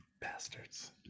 Bastards